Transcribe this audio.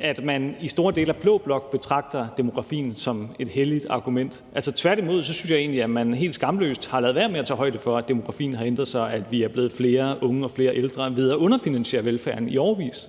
at man i store dele af blå blok betragter demografien som et helligt argument. Tværtimod synes jeg egentlig, at man helt skamløst har ladet være med at tage højde for, at demografien har ændret sig – at vi er blevet flere unge og flere ældre – ved at underfinansiere velfærden i årevis.